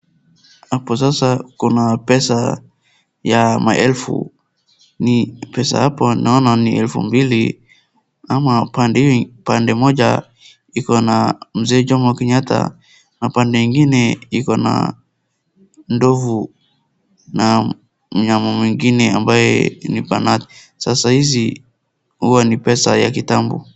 Hapo sasa kuna pesa ya ma elfu. Ni pesa hapo naona ni elfu mbili, ama pande hio, pande moja iko na Mzee Jomo Kenyetta, pande ingine iko na ndovu na myama mwingine ambaye ni panari. Sasa hizi huwa ni pesa ya kitambo.